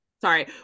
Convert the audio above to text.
Sorry